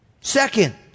Second